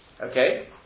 Okay